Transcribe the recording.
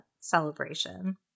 celebration